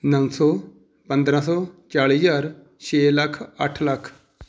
ਨੌ ਸੌ ਪੰਦਰਾਂ ਸੌ ਚਾਲੀ ਹਜ਼ਾਰ ਛੇ ਲੱਖ ਅੱਠ ਲੱਖ